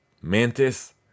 Mantis